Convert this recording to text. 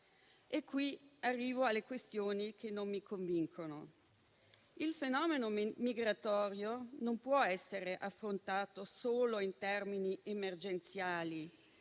E qui arrivo alle questioni che non mi convincono. Il fenomeno migratorio non può essere affrontato solo in termini emergenziali,